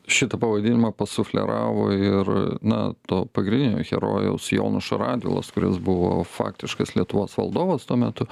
šitą pavadinimą pasufleravo ir na to pagrindinio herojaus jonušo radvilos kuris buvo faktiškas lietuvos valdovas tuo metu